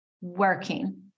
working